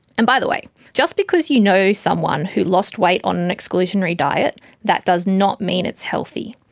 and by the way, just because you know someone who lost weight on an exclusionary diet that does not mean it's healthy.